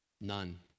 None